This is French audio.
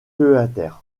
theater